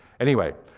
anyway,